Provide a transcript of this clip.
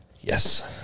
Yes